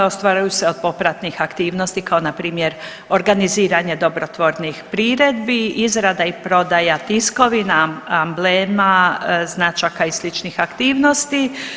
Ostvaruju se od popratnih aktivnosti, kao npr. organiziranje dobrotvornih priredbi, izrada i prodaja tiskovina, amblema, značaka i sličnih aktivnosti.